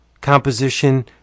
composition